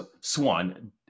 swan